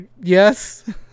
Yes